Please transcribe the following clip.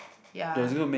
ya